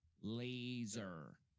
Laser